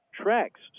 tracks